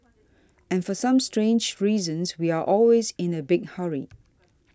and for some strange reasons we are always in a big hurry